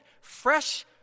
fresh